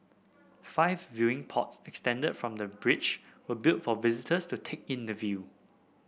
five viewing pods extended from the bridge were built for visitors to take in the view